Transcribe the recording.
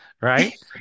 Right